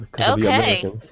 Okay